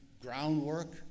groundwork